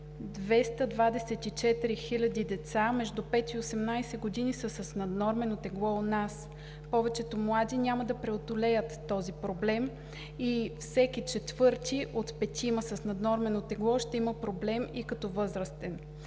224 хиляди деца между 5 и 18 години са с наднормено тегло у нас. Повечето млади няма да преодолеят този проблем и всеки четвърти от петима с наднормено тегло ще има проблем и като възрастен.